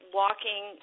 walking